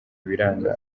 biranga